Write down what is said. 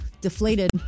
deflated